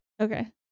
okay